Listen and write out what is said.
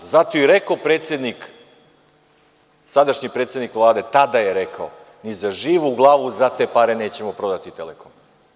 Zato je i rekao predsednik, sadašnji predsednik Vlade, tada je rekao – ni za živu glavu za te pare nećemo prodati „Telekom“